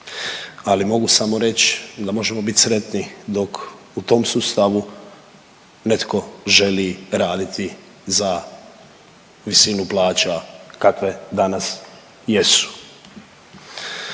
ali mogu samo reći da možemo biti sretni dok u tom sustavu netko želi raditi za visinu plaća kakve danas jesu.